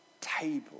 table